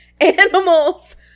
animals